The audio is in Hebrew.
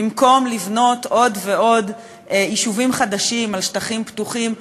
במקום לבנות עוד ועוד יישובים חדשים על שטחים פתוחים,